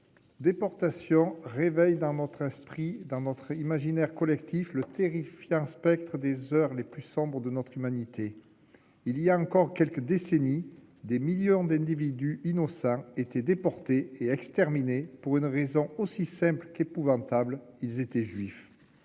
déportation » réveille dans notre esprit et dans l'imaginaire collectif le terrifiant spectre des heures les plus sombres de notre humanité. Il y a quelques décennies seulement, des millions d'individus innocents étaient déportés et exterminés pour une raison aussi simple qu'épouvantable, à savoir qu'ils étaient juifs.